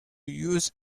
use